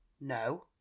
No